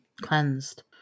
cleansed